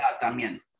también